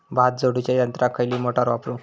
भात झोडूच्या यंत्राक खयली मोटार वापरू?